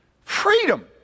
Freedom